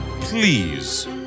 Please